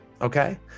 Okay